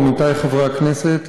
עמיתי חברי הכנסת,